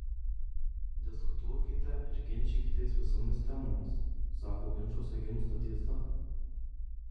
diskutuokite ir ginčykitės visomis temomis sako ginčuose gimsta tiesa